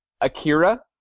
Akira